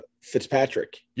Fitzpatrick